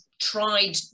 tried